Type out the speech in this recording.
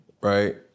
right